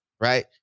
right